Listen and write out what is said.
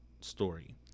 story